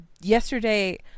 yesterday